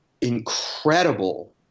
incredible